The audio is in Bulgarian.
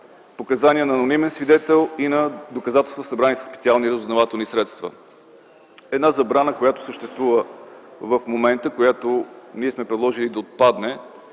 показания на анонимен свидетел и на доказателства, събрани със специални разузнавателни средства. Забрана, която съществува в момента, която ние сме предложили да отпадне.